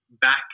back